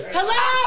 Hello